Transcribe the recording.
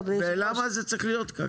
ולמה זה צריך להיות ככה,